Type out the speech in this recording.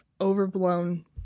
overblown